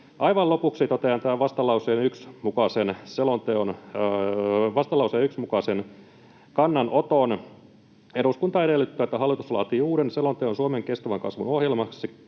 Aivan lopuksi totean tämän vastalauseen 1 mukaisen kannanoton: ”Eduskunta edellyttää, että hallitus laatii uuden selonteon Suomen kestävän kasvun ohjelmaksi,